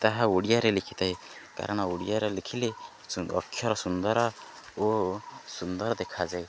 ତାହା ଓଡ଼ିଆରେ ଲେଖିଥାଏ କାରଣ ଓଡ଼ିଆରେ ଲେଖିଲେ ଅକ୍ଷର ସୁନ୍ଦର ଓ ସୁନ୍ଦର ଦେଖାଯାଏ